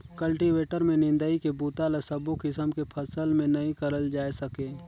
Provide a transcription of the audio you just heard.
cultivator में निंदई के बूता ल सबो किसम के फसल में नइ करल जाए सके